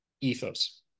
ethos